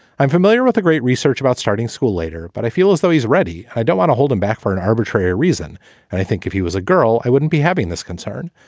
i'm familiar with the great research about starting school later, but i feel as though he's ready. i don't want to hold him back for an arbitrary reason and i think if he was a girl, i wouldn't be having this concern.